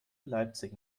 leipzig